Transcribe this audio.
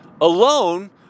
Alone